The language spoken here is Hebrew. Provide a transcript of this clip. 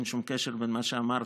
אין שום קשר בין מה שאמרת,